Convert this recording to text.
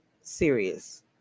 serious